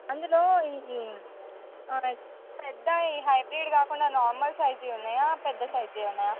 అందులో పెద్దవి హైబ్రీడ్ కాకుండా నార్మల్ సైజ్వి ఉన్నాయా పెద్ద సైజ్వి ఉన్నాయా